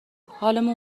حالمون